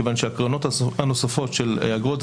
כיוון שהקרנות הנוספות של אגרות,